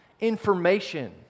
information